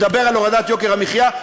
מדבר על הורדת יוקר המחיה,